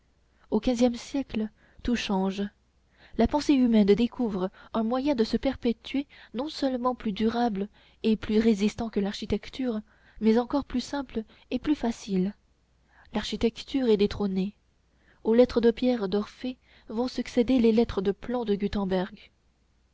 au quinzième siècle tout change la pensée humaine découvre un moyen de se perpétuer non seulement plus durable et plus résistant que l'architecture mais encore plus simple et plus facile l'architecture est détrônée aux lettres de pierre d'orphée vont succéder les lettres de plomb de gutenberg